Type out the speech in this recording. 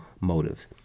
motives